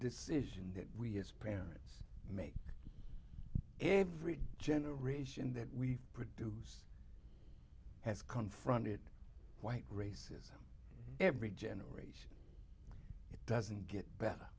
decision that we as parents make every generation that we produce has confronted white races every generation it doesn't get better